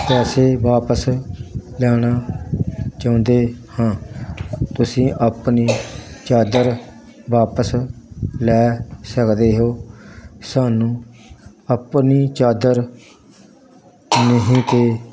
ਪੈਸੇ ਵਾਪਸ ਲੈਣਾ ਚਾਹੁੰਦੇ ਹਾਂ ਤੁਸੀਂ ਆਪਣੀ ਚਾਦਰ ਵਾਪਸ ਲੈ ਸਕਦੇ ਹੋ ਸਾਨੂੰ ਆਪਣੀ ਚਾਦਰ ਨਹੀਂ ਤਾਂ